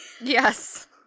yes